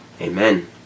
Amen